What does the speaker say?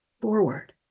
forward